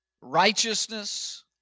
righteousness